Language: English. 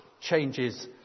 changes